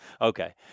Okay